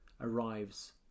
arrives